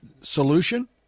solution